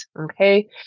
okay